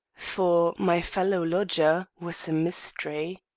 for my fellow-lodger was a mystery.